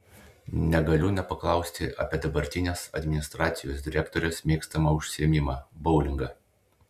negaliu nepaklausti apie dabartinės administracijos direktorės mėgstamą užsiėmimą boulingą